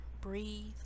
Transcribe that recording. Breathe